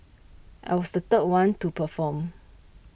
I was third the one to perform